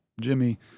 Jimmy